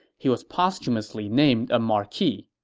he was posthumously named a marquis.